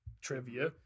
trivia